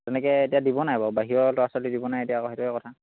তেনেকৈ এতিয়া দিব নাই বাৰু বাহিৰৰ ল'ৰা ছোৱালী দিব নাই এতিয়া আকৌ সেইটোহে কথা